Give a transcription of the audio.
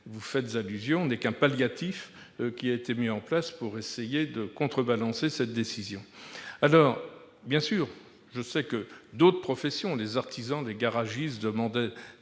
est fait allusion n'est qu'un palliatif qui a été mis en place pour essayer de contrebalancer cette décision. Bien sûr, je sais que d'autres professions, comme les artisans et les garagistes, demandaient